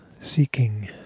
seeking